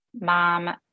Mom